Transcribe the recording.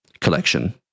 collection